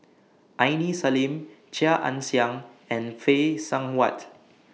Aini Salim Chia Ann Siang and Phay Seng Whatt